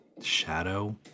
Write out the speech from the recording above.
shadow